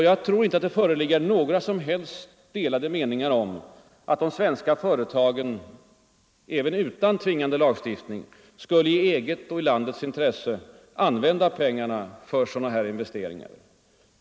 Jag tror inte att det föreligger några som helst delade meningar om att de svenska företagen även utan tvingande lagstiftning i eget och landets intresse är inriktade på att använda pengarna för sådana investeringar.